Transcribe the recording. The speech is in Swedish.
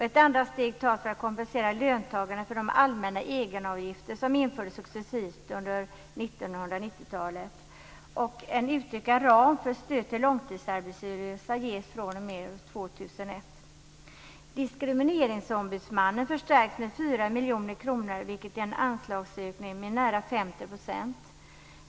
Ett andra steg tas för att kompensera löntagarna för de allmänna egenavgifter som infördes successivt under 1990-talet. En utökad ram för stöd till långtidsarbetslösa ges fr.o.m. 2001. miljoner kronor, vilket är en anslagsökning med nära 50 %.